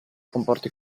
comporti